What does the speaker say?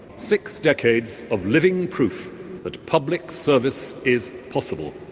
six decades of living proof that public service is possible.